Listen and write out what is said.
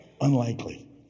unlikely